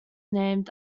named